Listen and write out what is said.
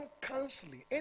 counseling